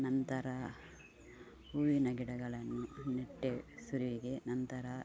ನಂತರ ಹೂವಿನ ಗಿಡಗಳನ್ನು ನೆಟ್ಟೆ ಶುರುವಿಗೆ ನಂತರ